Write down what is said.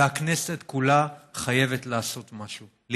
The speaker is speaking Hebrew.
והכנסת כולה חייבת לעשות משהו,